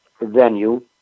venue